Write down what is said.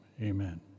amen